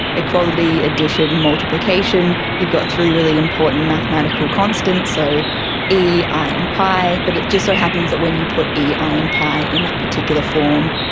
equality, addition, multiplication. you've got three really important mathematical constants, so e, i and pi, but it just so happens that when you put e, i and pi in that particular form,